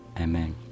Amen